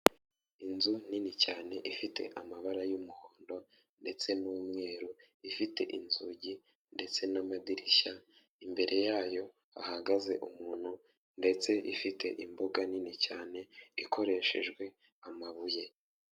Inzu nini cyane, ifite amabara y'umuhondo ndetse n'umweru, ifite inzugi ndetse n'amadirishya, imbere yayo hahagaze umuntu ndetse ifite imbuga nini cyane, ikoreshejwe amabuye.